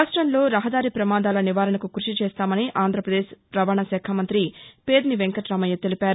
రాష్ట్రంలో రహదారి ప్రమాదాల నివారణకు కృషి చేస్తామని ఆంధ్రపదేశ్ రవాణాశాఖ మంతి పేర్ని వెంక్కటామయ్య తెలిపారు